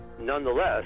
Nonetheless